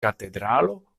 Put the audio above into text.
katedralo